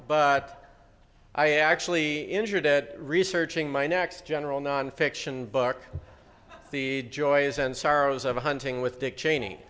but i actually injured it researching my next gen nonfiction book the joys and sorrows of hunting with dick cheney